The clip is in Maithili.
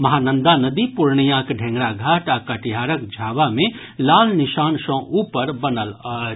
महानंदा नदी पूर्णियाक ढेंगरा घाट आ कटिहारक झावा मे लाल निशान सँ ऊपर बनल अछि